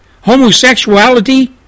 homosexuality